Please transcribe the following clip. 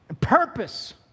Purpose